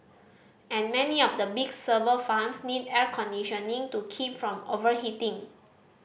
and many of the big server farms need air conditioning to keep from overheating